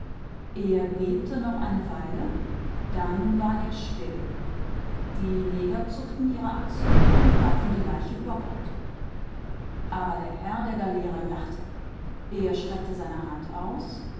er bebte noch eine zeitlang und dann wurde er still die neger zuckten die schultern und warfen den leichnam über bord und der herr der galeere lachte und er reckte den arm aus